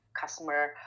customer